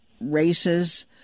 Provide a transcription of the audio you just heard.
races